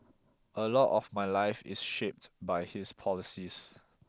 a lot of my life is shaped by his policies